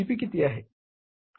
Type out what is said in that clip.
P किती आहे